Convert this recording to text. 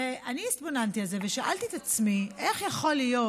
ואני התבוננתי על זה ושאלתי את עצמי: איך יכול להיות